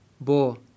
bo